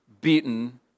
beaten